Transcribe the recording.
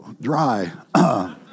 dry